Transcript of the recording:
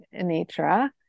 anitra